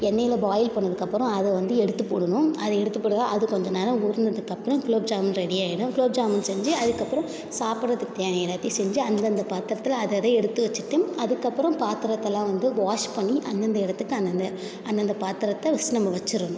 எண்ணெயில் பாயில் பண்ணதுக்கப்புறம் அதை வந்து எடுத்து போடணும் அதை எடுத்து போட்டால் தான் அது கொஞ்சம் நேரம் ஊறினதுக்கப்புறம் குலோப் ஜாம் ரெடியாகிடும் குலோப் ஜாம் செஞ்சு அதுக்கப்புறம் சாப்பிட்றதுக்கு தேவையான எல்லாத்தையும் செஞ்சு அந்தந்த பாத்திரத்தில் அதை அதை எடுத்து வச்சிட்டு அதுக்கப்புறம் பாத்திரத்தெலாம் வந்து வாஷ் பண்ணி அந்தந்த இடத்துக்கு அந்தந்த அந்தந்த பாத்திரத்தை ஃபஸ்ட்டு நம்ம வெச்சிடுணும்